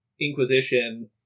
Inquisition